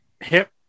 hip